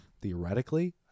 Theoretically